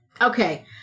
okay